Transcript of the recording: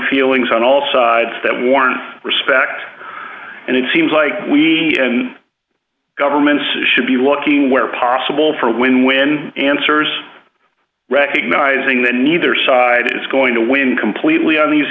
feelings on all sides that warrant respect and it seems like we and governments should be looking where possible for a win win answers recognizing the neither side is going to win completely on these